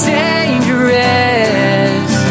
dangerous